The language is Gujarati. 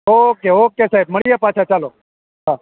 ઓકે ઓકે સાહેબ મળીએ પાછા ચાલો હા